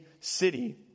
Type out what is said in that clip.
city